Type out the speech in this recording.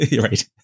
Right